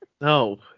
No